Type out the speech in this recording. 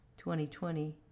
2020